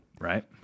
Right